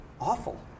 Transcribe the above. awful